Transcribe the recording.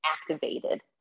activated